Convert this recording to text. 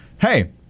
hey